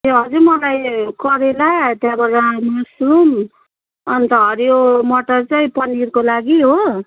ए हजुर मलाई करेला त्यहाँबाट मसरुम अन्त हरियो मटर चाहिँ पनिरको लागि हो